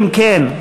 אם כן,